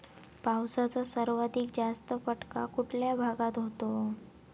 पावसाचा सर्वाधिक जास्त फटका कुठल्या भागात होतो?